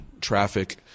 traffic